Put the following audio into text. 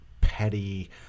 petty